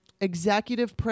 executive